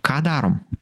ką darom